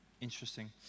Interesting